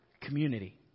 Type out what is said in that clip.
community